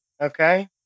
Okay